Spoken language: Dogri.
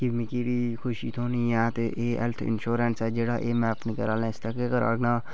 कि मिगी बी खुशी थ्होनी ऐ ते एह् जेह्ड़ा हैल्थ इंश्योरेंस ऐ जेह्ड़ा में अपने घरें आह्लें आस्तै गै करा ना